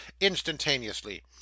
instantaneously